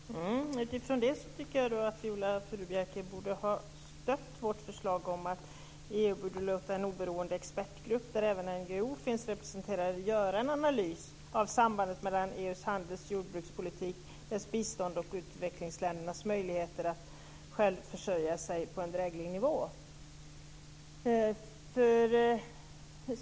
Herr talman! Utifrån det tycker jag att Viola Furubjelke skulle ha stött vårt förslag om att EU borde låta en oberoende expertgrupp, där även NGO:er finns representerade, göra en analys av sambandet mellan EU:s handels och jordbrukspolitik och dess bistånd och utvecklingsländernas möjligheter att själva försörja sig på en dräglig nivå.